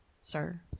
Sir